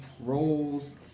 roles